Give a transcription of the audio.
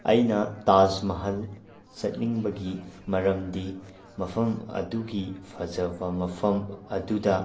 ꯑꯩꯅ ꯇꯥꯖ ꯃꯍꯜ ꯆꯠꯅꯤꯡꯕꯒꯤ ꯃꯔꯝꯗꯤ ꯃꯐꯝ ꯑꯗꯨꯒꯤ ꯐꯖꯕ ꯃꯐꯝ ꯑꯗꯨꯗ